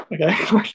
okay